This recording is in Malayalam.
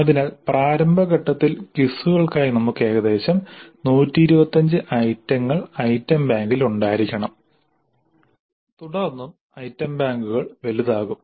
അതിനാൽ പ്രാരംഭ ഘട്ടത്തിൽ ക്വിസുകൾക്കായി നമുക്ക് ഏകദേശം 125 ഐറ്റങ്ങൾ ഐറ്റം ബാങ്കിൽ ഉണ്ടായിരിക്കണം തുടർന്നും ഐറ്റം ബാങ്കുകൾ വലുതാകും